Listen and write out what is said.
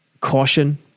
caution